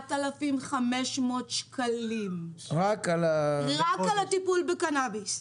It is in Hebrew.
4,500 שקלים רק על הטיפול בקנביס.